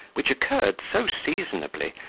which occurred so seasonably,